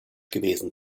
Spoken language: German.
gewesen